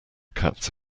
cats